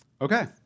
Okay